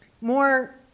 more